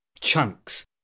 chunks